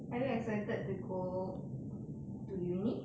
are you excited to go to uni